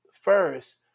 first